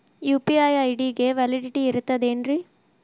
UPI ID ಗೆ validity ಇರತದ ಏನ್ರಿ?